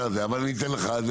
אבל אני אתן לך.